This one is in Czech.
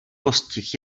postih